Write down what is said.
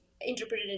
Interpreted